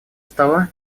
стола